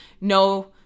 no